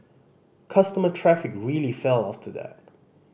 customer traffic really fell after that